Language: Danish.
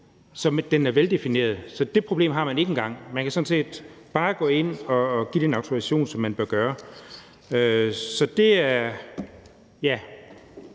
som er veldefineret – så det problem har man ikke engang. Man kan sådan set bare gå ind og give den autorisation, hvilket man bør gøre. Så ja, det er sådan